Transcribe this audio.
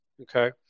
okay